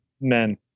men